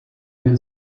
been